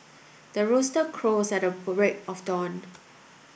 the rooster crows at the break of dawn